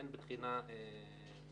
אין בחינה מדויקת,